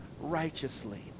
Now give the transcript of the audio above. righteously